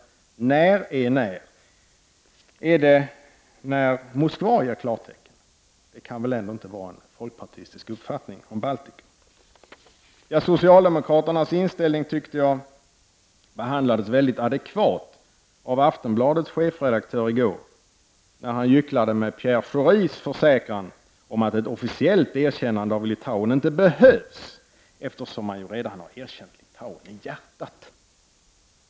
När är när? Är det när Moskva ger klartecken? Det kan väl ändå inte vara en folkpartistisk uppfattning om Baltikum. Jag tycker att Aftonbladets chefredaktör i går behandlade socialdemokra ternas inställning mycket adekvat då han gycklade med Pierre Schoris försäkran om att ett officiellt erkännande av Litauen inte behövs eftersom man redan har erkänt Litauen i hjärtat.